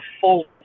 false